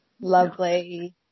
Lovely